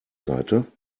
seite